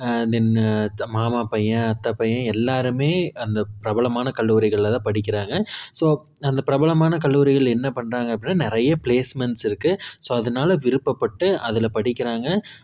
தென் மாமா பையன் அத்தை பையன் எல்லாரும் அந்த பிரபலமான கல்லூரிகளில் தான் படிக்கிறாங்க ஸோ அந்த பிரபலமான கல்லூரிகள் என்ன பண்ணுறாங்க அப்படினா நிறைய ப்ளேஸ்மெண்ட்ஸ் இருக்குது ஸோ அதனால விருப்பப்பட்டு அதில் படிக்கிறாங்க